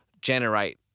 generate